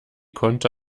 konnte